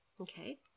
Okay